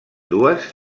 dues